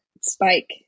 Spike